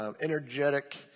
energetic